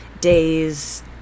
days